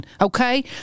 okay